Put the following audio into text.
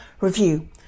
review